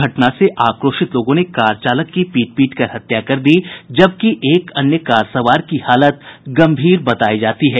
घटना से आक्रोशित लोगों ने कार चालक की पीट पीट कर हत्या कर दी जबकि एक अन्य कार सवार की हालत गम्भीर बतायी जाती है